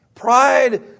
Pride